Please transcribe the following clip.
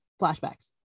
flashbacks